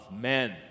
men